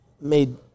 made